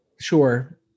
Sure